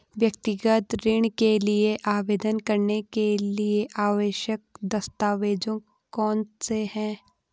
व्यक्तिगत ऋण के लिए आवेदन करने के लिए आवश्यक दस्तावेज़ कौनसे हैं?